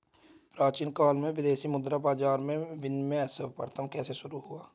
प्राचीन काल में विदेशी मुद्रा बाजार में विनिमय सर्वप्रथम कैसे शुरू हुआ?